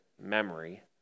memory